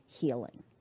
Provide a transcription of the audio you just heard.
healing